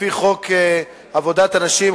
לפי חוק עבודת נשים,